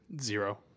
Zero